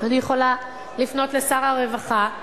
אני יכולה לפנות לשר הרווחה,